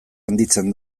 handitzen